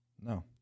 No